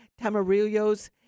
tamarillos